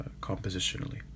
compositionally